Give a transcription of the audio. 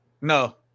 No